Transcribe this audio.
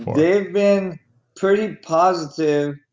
they've been pretty positive,